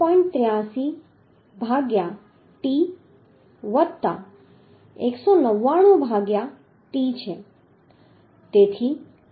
83 ભાગ્યા t વત્તા 199 ભાગ્યા t છે